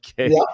okay